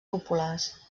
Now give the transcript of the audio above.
populars